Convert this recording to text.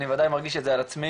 אני ודאי מרגיש את זה על עצמי,